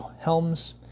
Helms